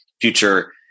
future